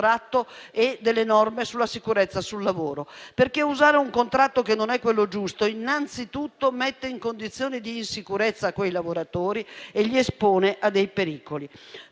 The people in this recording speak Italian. e delle norme sulla sicurezza sul lavoro. Usare un contratto che non è quello giusto, infatti, innanzitutto mette in condizione di insicurezza i lavoratori e li espone a dei pericoli.